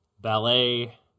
Ballet